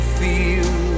feel